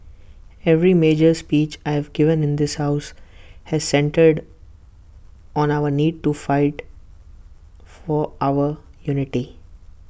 every major speech I've given in this house has centred on our need to fight for our unity